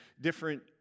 different